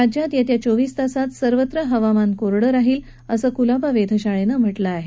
राज्यात येत्या चोवीस तासांत सर्वत्र हवामान कोरडं राहील असं कुलाबा वेधशाळेनं म्हटलं आहे